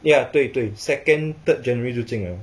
ya 对对 second third january 就进了